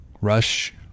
rush